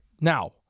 Now –